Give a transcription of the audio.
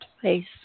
place